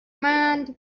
mind